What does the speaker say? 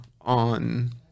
on